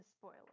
spoiler